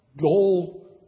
goal